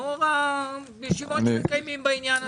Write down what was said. לאור הישיבות שמקיימים בעניין הזה?